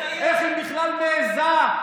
איך היא בכלל מעיזה?